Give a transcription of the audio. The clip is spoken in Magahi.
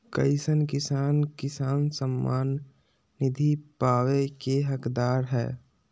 कईसन किसान किसान सम्मान निधि पावे के हकदार हय?